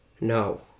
No